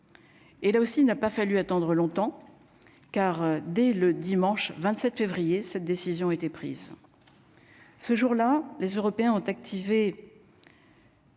Et là aussi, il n'a pas fallu attendre longtemps car, dès le dimanche 27 février cette décision a été prise ce jour-là, les Européens ont activé.